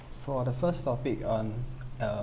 for the first topic on uh